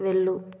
వెళ్ళు